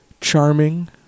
charming